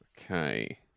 Okay